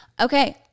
Okay